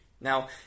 Now